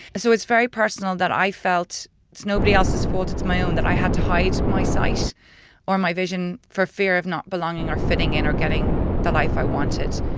so, it's very personal that i felt it's nobody else's fault, it's my own that i had to hide my sight or my vision for fear of not belonging or fitting in or getting the life i wanted.